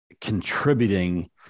contributing